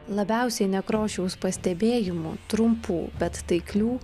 labiausiai nekrošiaus pastebėjimų trumpų bet taiklių